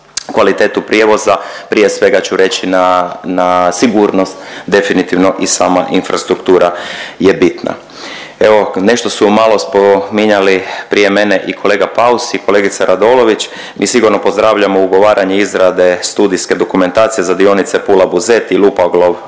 kvalitetu prijevoza prije svega ću reći na, na sigurnost definitivno i sama infrastruktura je bitna. Evo, nešto su malo spominjali prije mene i kolega Paus i kolegica Radolović i sigurno pozdravljamo ugovaranje izrade studijske dokumentacije za dionice Pula–Buzet i Lupoglav-Raša